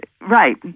Right